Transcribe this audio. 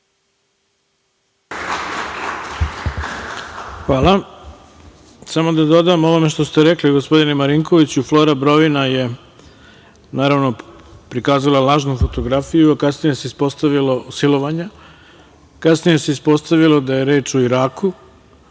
Hvala, samo da dodam ovome što ste rekli gospodine Marinkoviću, Flora Brovina je naravno, prikazala lažnu fotografiju, a kasnije se ispostavilo silovanje, a kasnije se ispostavilo da je reč o Iraku,